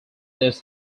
its